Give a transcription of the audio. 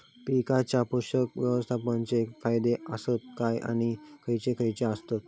पीकांच्या पोषक व्यवस्थापन चे फायदे आसत काय आणि खैयचे खैयचे आसत?